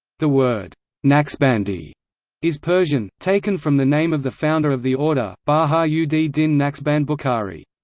the word naqshbandi is persian, taken from the name of the founder of the order, baha-ud-din naqshband bukhari.